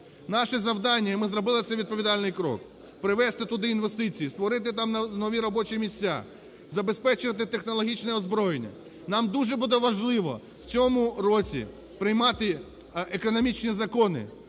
Наше завдання, і ми зробили цей відповідальний крок, привести туди інвестиції, створити там нові робочі місця, забезпечувати технологічне озброєння. Нам дуже буде важливо в цьому році приймати економічні закони,